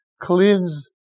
cleanse